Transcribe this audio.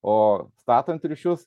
o statant ryšius